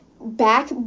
back